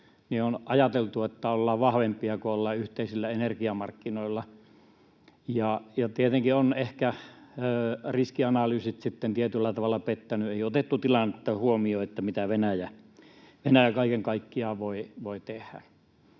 on ajateltu, että ollaan vahvempia, kun ollaan yhteisillä energiamarkkinoilla. Tietenkin riskianalyysit ovat sitten tietyllä tavalla pettäneet. Ei otettu sitä tilannetta huomioon, mitä Venäjä kaiken kaikkiaan voi tehdä.